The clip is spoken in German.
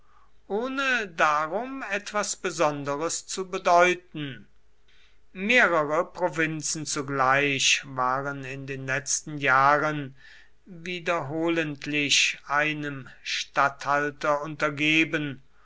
ohne darum etwas besonderes zu bedeuten mehrere provinzen zugleich waren in den letzten jahren wiederholentlich einem statthalter untergeben